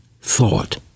thought